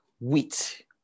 wheat